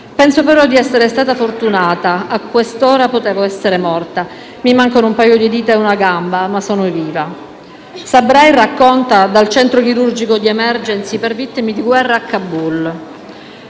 Penso però di essere stata fortunata. A quest'ora potevo essere morta. Mi mancano un paio di dita e una gamba ma sono viva». Sabrai racconta dal centro chirurgico di Emergency per vittime di guerra a Kabul.